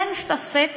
אין ספק